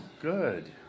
Good